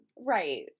Right